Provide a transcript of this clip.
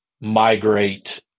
migrate